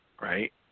right